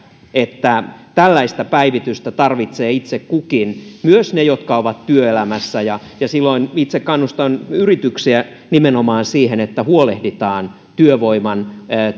että tällaista päivitystä tarvitsee itse kukin myös ne jotka ovat työelämässä ja ja silloin itse kannustan yrityksiä nimenomaan siihen että huolehditaan työvoiman